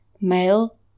male